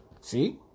See